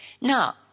Now